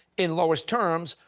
in lowest terms,